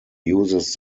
uses